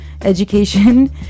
education